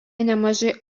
nemažai